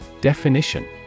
Definition